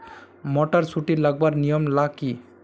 Motor सुटी लगवार नियम ला की?